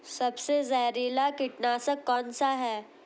सबसे जहरीला कीटनाशक कौन सा है?